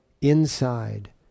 inside